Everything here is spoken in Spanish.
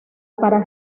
para